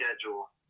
schedule